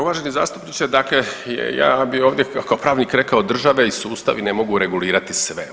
Uvaženi zastupniče dakle ja bi ovdje kao pravnik rekao države i sustavi ne mogu regulirati sve.